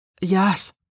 yes